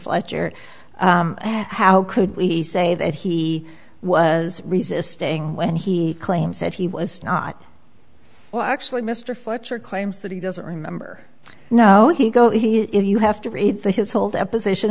fletcher and how could we say that he was resisting when he claims that he was not well actually mr fletcher claims that he doesn't remember now he goes if you have to read the his whole deposition